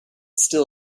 still